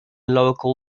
local